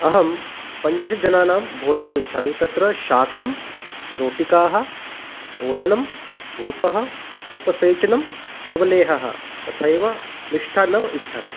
अहं पञ्चदशजनानां भोजनम् इच्छामि तत्र शाकं रोटिकाः ओदनं सूपः उपसेचनम् अवलेहः तथैव मिष्ठान्नम् इच्छामि